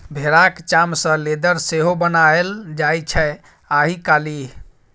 भेराक चाम सँ लेदर सेहो बनाएल जाइ छै आइ काल्हि